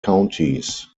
counties